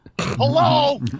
Hello